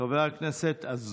חבר הכנסת מעוז,